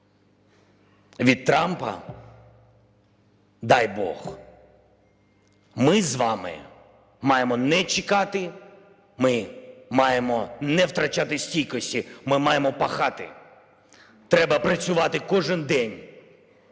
від Трампа, дай бог, ми з вами маємо не чекати, ми маємо не втрачати стійкості, ми маємо пахати. Треба працювати кожен день